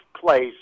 place